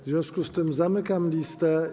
W związku z tym zamykam listę.